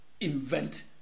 invent